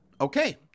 okay